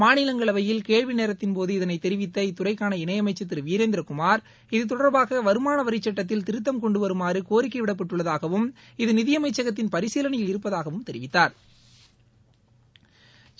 மாநிலங்களவையில் கேள்வி நேரத்தின்போது இதனைத் தெரிவித்த இத்துறைக்கான இணை அமைச்சர் திரு வீரேந்திரகுமார் இது தொடர்பாக வருமான வரிச்சட்டத்தில் திருத்தம் கொண்டு வருமாறு கோரிக்கை விடப்பட்டுள்ளதாகவும் இது நிதி அமைச்சகத்தின் பரிசீலனையில் இருப்பதாகவும் தெரிவித்தாா்